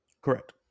correct